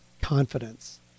confidence